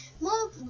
More